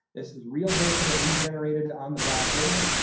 this is real data that we generated on the black river.